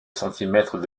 centimètres